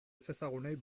ezezagunei